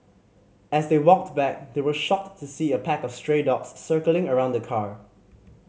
as they walked back they were shocked to see a pack of stray dogs circling around the car